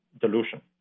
dilution